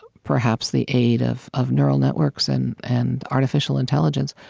perhaps, the aid of of neural networks and and artificial intelligence,